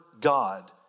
God